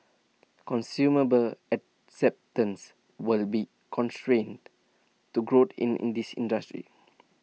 consumable acceptance will be constraint to growth in in this industry